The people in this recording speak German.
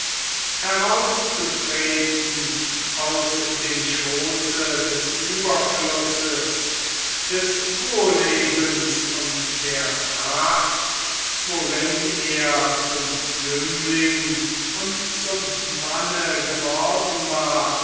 herauszutreten aus dem schooße des ueberflusses des wohllebens und der pracht worin er zum jüngling und zum manne geworden war